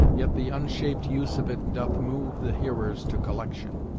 yet the unshaped use of it doth move the hearers to collection